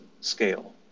scale